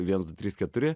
viens du trys keturi